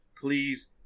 please